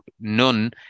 none